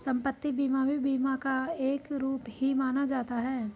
सम्पत्ति बीमा भी बीमा का एक रूप ही माना जाता है